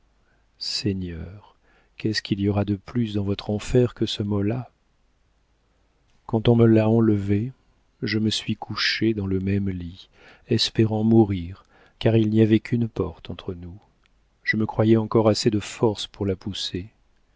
seigneur qu'est-ce qu'il y aura de plus dans votre enfer que ce mot-là quand on me l'a enlevé je me suis couchée dans le même lit espérant mourir car il n'y avait qu'une porte entre nous je me croyais encore assez de force pour la pousser